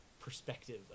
perspective